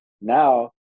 now